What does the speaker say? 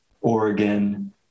Oregon